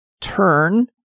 turn